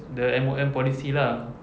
the M_O_M policy lah